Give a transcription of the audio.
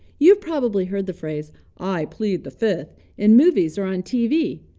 you've probably heard the phrase i plead the fifth in movies or on tv.